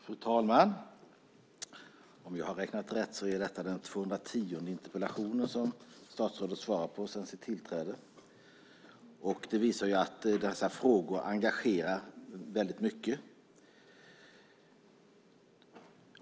Fru talman! Om jag har räknat rätt är detta den 210:e interpellationen som statsrådet svarar på sedan sitt tillträde. Det visar att dessa frågor engagerar väldigt mycket.